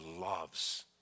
loves